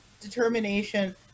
Determination